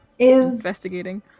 investigating